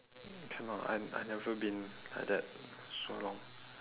I cannot I've I've never been like that so long